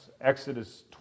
Exodus